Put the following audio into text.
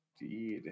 Indeed